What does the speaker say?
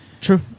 True